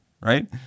Right